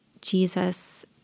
Jesus